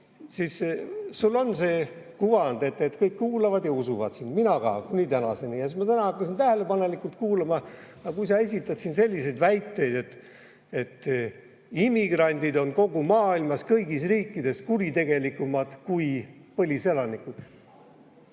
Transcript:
siis sul on see kuvand, et kõik kuulavad ja usuvad sind – mina ka, kuni tänaseni. Ja ma ka täna hakkasin sind tähelepanelikult kuulama. Aga kui sa esitad siin selliseid väiteid, et immigrandid on kogu maailmas, kõigis riikides kuritegelikumad kui põliselanikud,